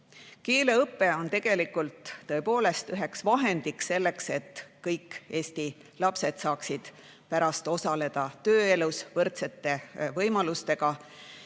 Keeleõpe on tegelikult tõepoolest üks vahend selleks, et kõik Eesti lapsed saaksid pärast võrdsete võimalustega